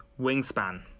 wingspan